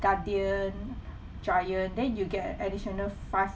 Guardian Giant then you'll get additional five